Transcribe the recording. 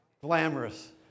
Glamorous